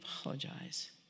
apologize